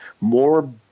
more